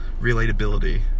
relatability